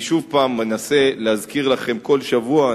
אני שוב פעם מנסה להזכיר לכם כל שבוע,